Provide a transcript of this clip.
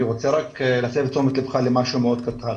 אני רוצה להסב את תשומת לבך למשהו מאוד קטן.